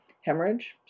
Hemorrhage